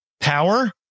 Power